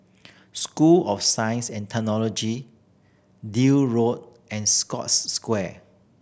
School of Science and Technology Deal Road and Scotts Square